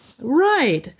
Right